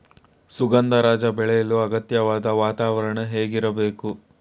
ಸುಗಂಧರಾಜ ಬೆಳೆಯಲು ಅಗತ್ಯವಾದ ವಾತಾವರಣ ಹೇಗಿರಬೇಕು?